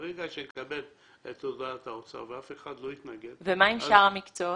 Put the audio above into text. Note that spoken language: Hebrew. ברגע שנקבל את הודעת האוצר ואף אחד לא יתנגד --- ומה עם שאר המקצועות?